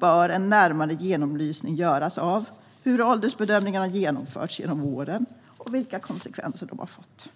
bör en närmare genomlysning göras av hur åldersbedömningarna genomförts genom åren och vilka konsekvenser de har fått.